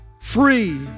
free